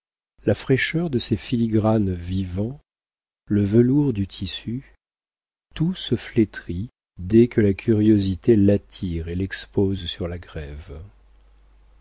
la fraîcheur de ses filigranes vivants le velours du tissu tout se flétrit dès que la curiosité l'attire et l'expose sur la grève